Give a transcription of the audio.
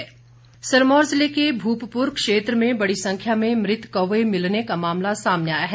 मूपपुर घटना सिरमौर जिले के भूपप्र क्षेत्र में बड़ी संख्या में मृत कौवे मिलने का मामला सामने आया है